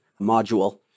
module